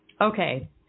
Okay